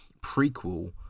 prequel